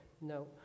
no